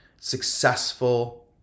successful